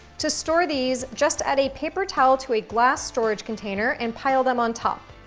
to store these, just add a paper towel to a glass storage container and pile them on top.